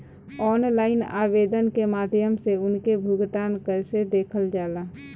Online आवेदन के माध्यम से उनके भुगतान कैसे देखल जाला?